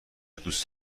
دوست